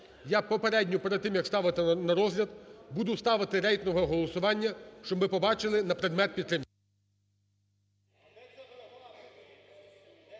і попередньо перед тим, як ставити на розгляд, буду ставити рейтингове голосування, щоб ми побачили на предмет підтримки.